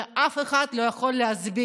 ואף אחד לא יכול להסביר.